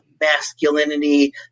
Masculinity